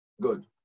Good